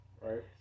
Right